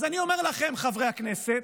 אז אני אומר לכם, חברי הכנסת,